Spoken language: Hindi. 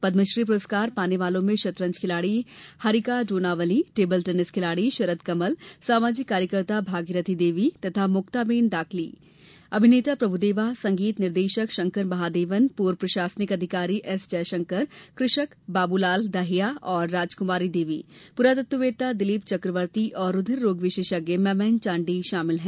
पद्मश्री पुरस्कार पाने वालों में शतरंज खिलाड़ी हरिका ड्रोनावली टेबल टेनिस खिलाड़ी शरद कमल सामाजिक कार्यकर्ता भगीरती देवी तथा मुक्ताबेन दाग्ली अभिनेता प्रभुदेवा संगीत निर्देशक शंकर महादेवन पूर्व प्रशासनिक अधिकारी एस जयशंकर कृषक बाबूलाल दहिया तथा राजकुमारी देवी पुरातत्ववेत्ता दिलीप चकवर्ती और रूधिर रोग विशेषज्ञ मम्मैन चांडी शामिल हैं